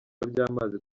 by’amazi